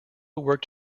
worked